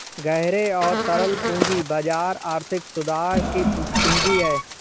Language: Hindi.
गहरे और तरल पूंजी बाजार आर्थिक सुधार की कुंजी हैं,